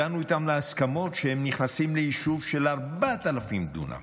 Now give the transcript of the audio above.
הגענו איתם להסכמות שהם נכנסים ליישוב של 4,000 דונם,